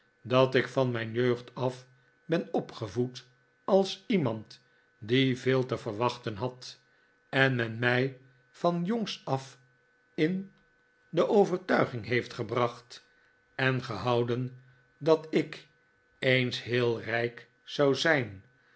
dat ik van mijn jeugd af ben opgevoed als iemand die veel te verwachten had en men mij van jongs af in de overtuiging heeft gebracht en gehouden dat ik eens heel rijk zou zijn